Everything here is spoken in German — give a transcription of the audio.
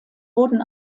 wurden